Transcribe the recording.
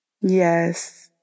yes